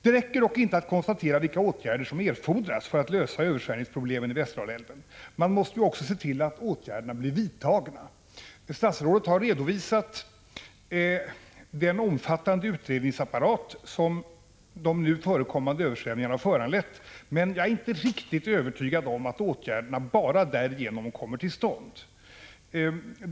Det räcker dock inte med att konstatera vilka åtgärder som erfordras för att lösa översvämningsproblemen i Västerdalälven — man måste ju också se till att åtgärderna blir vidtagna. Det statsrådet har redovisat är en omfattande utredningsapparat som de nu förekommande översvämningarna har föranlett. Men jag är inte riktigt övertygad om att åtgärderna bara därigenom kommer till stånd.